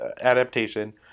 adaptation